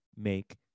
make